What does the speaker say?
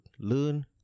learn